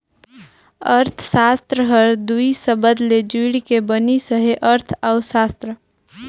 अर्थसास्त्र हर दुई सबद ले जुइड़ के बनिस अहे अर्थ अउ सास्त्र